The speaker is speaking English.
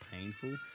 painful